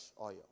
oil